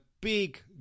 big